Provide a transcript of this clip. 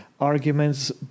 arguments